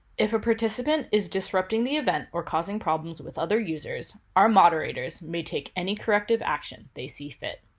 if a participant is disrupting the event or causing problems with other users, our moderators may take any corrective action they see fit.